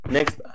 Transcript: Next